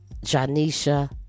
Janisha